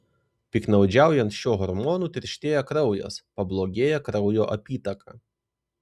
piktnaudžiaujant šiuo hormonu tirštėja kraujas pablogėja kraujo apytaka